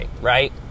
right